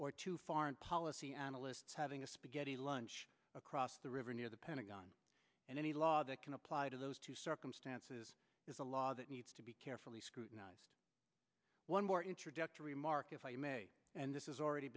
or two foreign policy analysts having a spaghetti lunch across the river near the pentagon and any law that can apply to those two circumstances is a law that needs to be carefully scrutinized one more introductory mark if i may and this is already